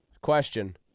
Question